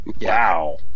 Wow